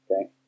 Okay